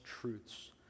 truths